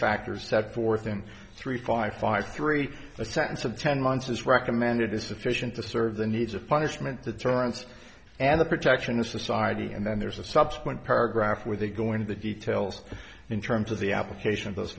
factors set forth in three five five three a sentence of ten months is recommended is sufficient to serve the needs of punishment deterrence and the protection of society and then there's a subsequent paragraph where they go into the details in terms of the application of those